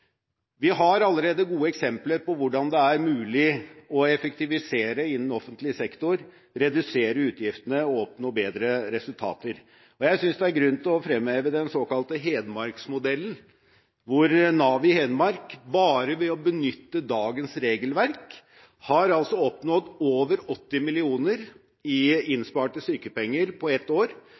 Vi har allerede gode eksempler på hvordan det er mulig for offentlig sektor å effektivisere, redusere utgiftene og oppnå bedre resultater. Jeg synes det er grunn til å fremheve den såkalte hedmarksmodellen, hvor Nav i Hedmark bare ved å benytte dagens regelverk har oppnådd over 80 mill. kr i innsparte sykepenger på ett år